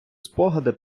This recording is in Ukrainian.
спогади